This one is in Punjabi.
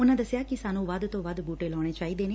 ਉਨੂਾ ਦਸਿਆ ਕਿ ਸਾਨੰ ਵੱਧ ਤੋਂ ਵੱਧ ਬੁਟੇ ਲਾਉਣੇ ਚਾਹੀਦੇ ਨੇ